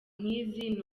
nk’izi